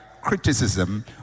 criticism